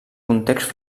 context